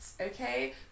okay